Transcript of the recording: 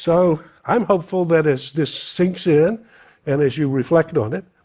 so i'm hopeful that as this sinks in and as you reflect on it,